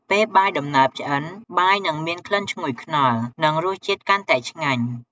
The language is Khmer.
ពេលបាយដំណើបឆ្អិន បាយនិងមានក្លិនឈ្ងុយខ្នុរ និងរសជាតិកាន់តែឆ្ងាញ់។